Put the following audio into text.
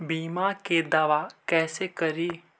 बीमा के दावा कैसे करी?